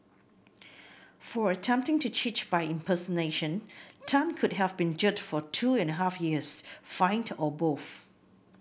for attempting to cheat by impersonation Tan could have been jailed for two and a half years fined or both